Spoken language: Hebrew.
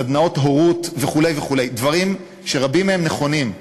סדנאות הורות וכו' וכו'; דברים שרבים מהם נכונים.